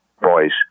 boys